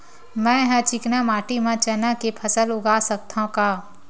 मै ह चिकना माटी म चना के फसल उगा सकथव का?